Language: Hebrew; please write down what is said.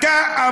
לא.